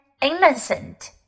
innocent